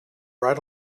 right